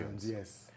yes